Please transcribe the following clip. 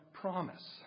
promise